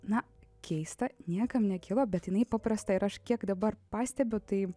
na keista niekam nekilo bet jinai paprasta ir aš kiek dabar pastebiu tai